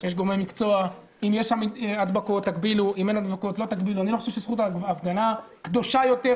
שהוא בליבת הוויכוח על האיזונים